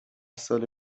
سال